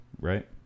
Right